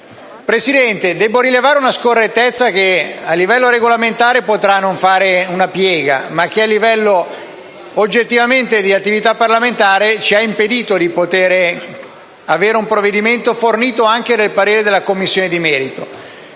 Presidente, devo rilevare una scorrettezza, che a livello regolamentare potrà non fare una piega ma che a livello di attività parlamentare ci ha impedito di poter avere un provvedimento fornito anche del parere della Commissione di merito.